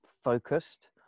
Focused